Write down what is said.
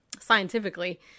Scientifically